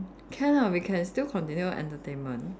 can ah we can still continue entertainment